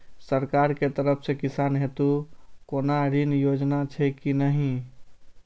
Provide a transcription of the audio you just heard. सरकार के तरफ से किसान हेतू कोना ऋण योजना छै कि नहिं?